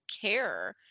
care